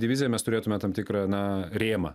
diviziją mes turėtume tam tikrą na rėmą